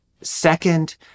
Second